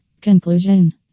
Conclusion